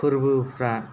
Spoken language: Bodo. फोर्बोफ्रा